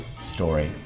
story